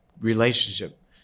relationship